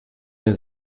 mir